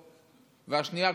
השנייה,